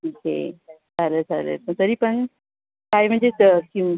okay चालेल चालेल पण तरी पण काय म्हणजेच किंम्